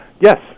Yes